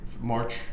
March